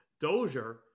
Dozier